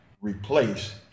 replace